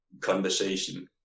conversation